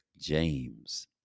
james